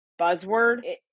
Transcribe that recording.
buzzword